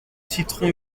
citron